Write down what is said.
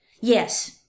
yes